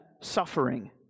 suffering